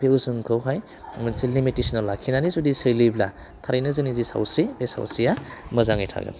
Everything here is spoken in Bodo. बे उजनखौहाय मोनसे लिमिटेसनाव लाखिनानै जुदि सोलियोब्ला थारैनो जोंनि जि सावस्रि बे सावस्रिया मोजाङै थागोन